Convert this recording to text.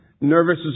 nervous